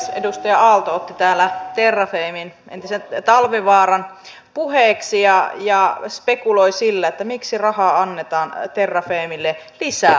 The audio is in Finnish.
edustaja aalto otti täällä terrafamen entisen talvivaaran puheeksi ja spekuloi sillä miksi rahaa annetaan terrafamelle lisää